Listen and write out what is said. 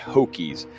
Hokies